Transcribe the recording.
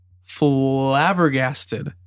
flabbergasted